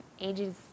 ages